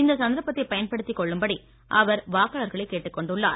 இந்த சந்தர்ப்பத்தை பயன்படுத்திக் கொள்ளும்படி அவர் வாக்காளர்களைக் கேட்டுக் கொண்டுள்ளார்